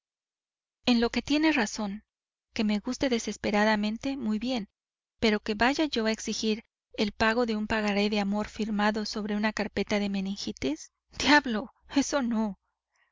en lo que no tiene razón que me guste desesperadamente muy bien pero que vaya yo a exigir el pago de un pagaré de amor firmado sobre una carpeta de meningitis diablo eso no